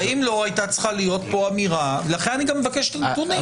האם לא הייתה צריכה להיות פה אמירה ולכן אני גם מבקש נתונים.